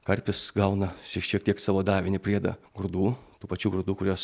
karpis gauna ši šiek tiek savo davinį priedą grūdų tų pačių grūdų kuriuos